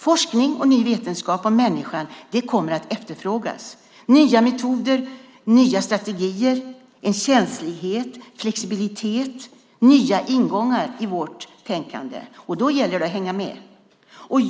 Forskning och ny vetenskap om människan kommer att efterfrågas - nya metoder, nya strategier, känslighet, flexibilitet, nya ingångar i vårt tänkande. Och då gäller det att hänga med.